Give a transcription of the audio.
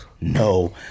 No